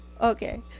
okay